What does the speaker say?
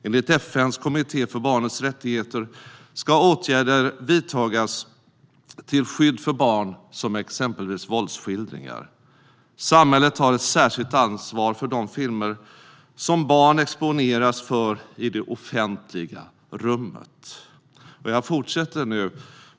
Enligt FN:s kommitté för barnets rättigheter ska åtgärder vidtas till skydd för barn mot exempelvis våldsskildringar. Samhället har ett särskilt ansvar för de filmer som barn exponeras för i det offentliga rummet."